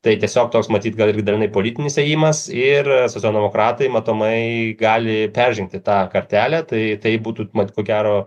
tai tiesiog toks matyt gal ir grynai politinis ėjimas ir socialdemokratai matomai gali peržengti tą kartelę tai tai būtų mat ko gero